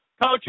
Coach